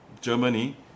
Germany